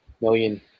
million